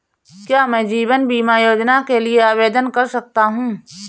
क्या मैं जीवन बीमा योजना के लिए आवेदन कर सकता हूँ?